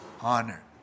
honor